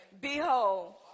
Behold